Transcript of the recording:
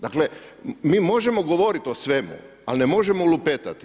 Dakle, mi možemo govoriti o svemu, ali ne možemo lupetati.